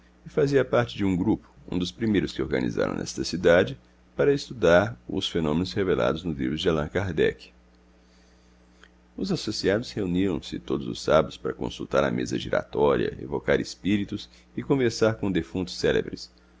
fazia parte de um grupo um dos primeiros que organizaram nesta cidade para estudar os fenômenos revelados nos livros de allan kardec os associados reuniam-se todos os sábados para consultar a mesa giratória evocar espíritos e conversar com defuntos célebres